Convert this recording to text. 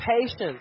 patience